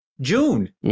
June